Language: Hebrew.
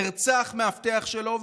נרצח מאבטח שלו,